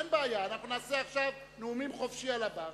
אין בעיה, אנחנו נעשה עכשיו נאומים חופשי על הבר.